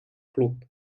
club